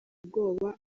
ubwoba